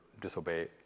disobey